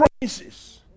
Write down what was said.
promises